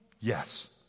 Yes